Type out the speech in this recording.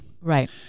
Right